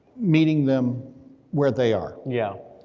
meeting them where they are. yeah